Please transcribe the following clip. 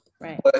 Right